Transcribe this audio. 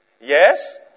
Yes